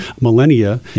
millennia